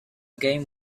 game